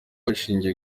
hashingiwe